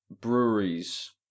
breweries